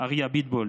אריה אביטבול,